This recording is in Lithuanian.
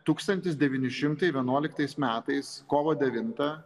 tūkstantis devyni šimtai vienuoliktais metais kovo devintą